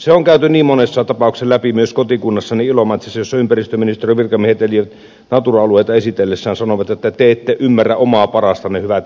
se on käyty niin monessa tapauksessa läpi myös kotikunnassani ilomantsissa jossa ympäristöministeriön virkamiehet natura alueita esitellessään sanoivat että te ette ymmärrä omaa parastanne hyvät ihmiset